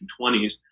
1920s